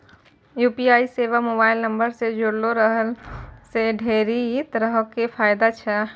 UPI सेबा mobile नंबरो से जुड़लो रहला से ढेरी तरहो के फायदा छै